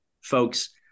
folks